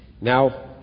Now